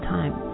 Time